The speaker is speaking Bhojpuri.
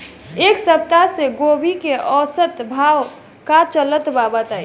एक सप्ताह से गोभी के औसत भाव का चलत बा बताई?